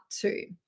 two